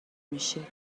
میشید